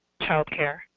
childcare